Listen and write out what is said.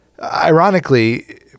ironically